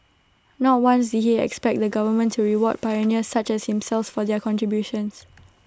not once did he expect the government to reward pioneers such as himself for their contributions